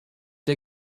der